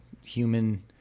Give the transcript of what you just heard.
human